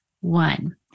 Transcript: one